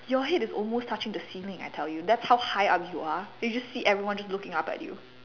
your head is almost touching the ceiling I tell you that's how high up you are you just see everyone just looking up at you